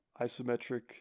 isometric